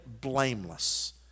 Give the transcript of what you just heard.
blameless